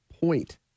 point